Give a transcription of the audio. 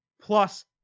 plus